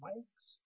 Wakes